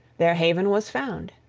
their haven was found,